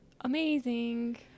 Amazing